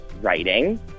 writing